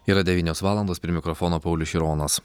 yra devynios valandos prie mikrofono paulius šironas